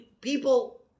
people